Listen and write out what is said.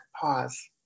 pause